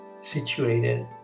situated